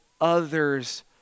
others